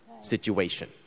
situation